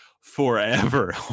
forever